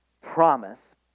promise